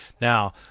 Now